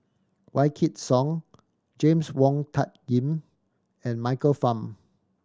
Wykidd Song James Wong Tuck Yim and Michael Fam